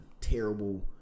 terrible